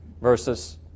Versus